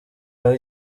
aho